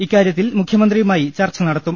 ഇക്കാരൃത്തിൽ മുഖൃമന്ത്രിയുമായി ചർച്ച നടത്തും